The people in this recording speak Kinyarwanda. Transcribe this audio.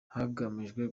hagamijwe